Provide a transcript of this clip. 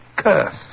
curse